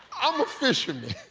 i'm a fisherman.